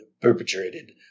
perpetrated